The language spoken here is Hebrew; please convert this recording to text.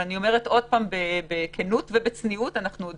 אבל אני אומר שוב בכנות ובצניעות שיש עוד